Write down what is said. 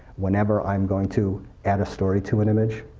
whenever i'm going to add a story to an image,